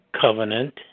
covenant